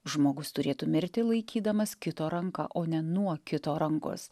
žmogus turėtų mirti laikydamas kito ranką o ne nuo kito rankos